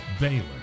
Baylor